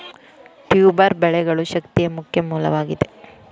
tuber ಬೆಳೆಗಳು ಶಕ್ತಿಯ ಮುಖ್ಯ ಮೂಲವಾಗಿದೆ